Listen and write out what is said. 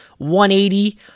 180